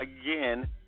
again